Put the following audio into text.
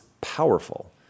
powerful